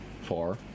Four